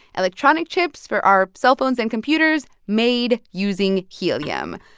electronic chips for our cellphones and computers made using helium.